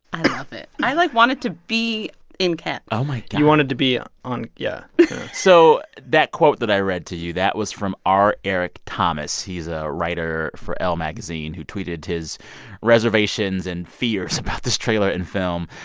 i love it. i, like, wanted to be in cats. oh, my god you wanted to be on on yeah so that quote that i read to you, that was from r. eric thomas. he's a writer for elle magazine who tweeted his reservations and fears about this trailer and film.